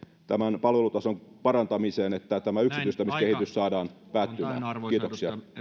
tämän palvelutason parantamiseen että tämä yksityistämiskehitys saadaan päättymään kiitoksia